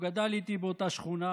הוא גדל איתי באותה שכונה,